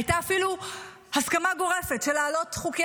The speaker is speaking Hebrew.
הייתה אפילו הסכמה גורפת שלהעלות חוקי